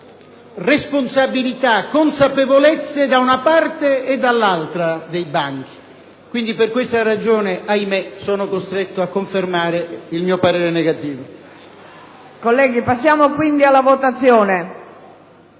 responsabilità e consapevolezze da una parte e dall'altra dei banchi. Per questa ragione, ahimè, sono costretto a confermare il mio parere contrario.